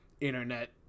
internet